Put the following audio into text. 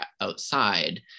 outside